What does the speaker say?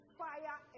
fire